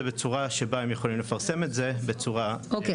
בצורה שבה הם יכולים לפרסם את זה בצורה -- אוקי,